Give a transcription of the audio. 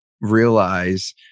realize